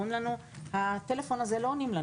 אומרים לנו: לא עונים לנו בטלפון הזה.